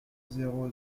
zéro